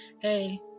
Hey